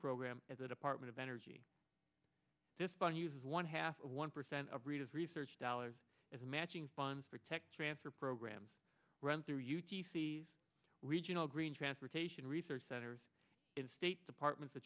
program as a department of energy this fund uses one half of one percent of readers research dollars as matching funds protect transfer programs run through u t c s regional green transportation research centers in state department the